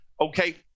okay